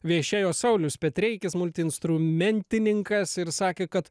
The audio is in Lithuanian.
viešėjo saulius petreikis multi instrumentininkas ir sakė kad